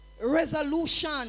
Resolution